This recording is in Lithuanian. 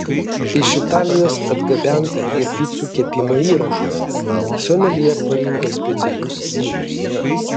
iš italijos atgabenta ir picų kepimo įranga someljė parinko specialius vynus